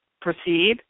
proceed